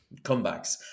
comebacks